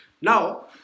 Now